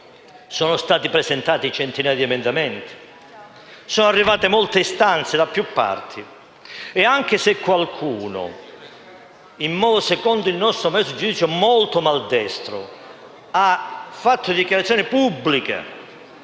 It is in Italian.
sono stati presentati centinaia di emendamenti, sono arrivate molte istanze da più parti. E anche se qualcuno - in modo, secondo il nostro modesto giudizio, molto maldestro - ha reso dichiarazioni pubbliche,